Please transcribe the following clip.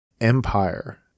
empire